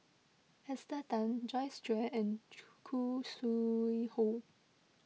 Esther Tan Joyce Jue and Khoo Sui Hoe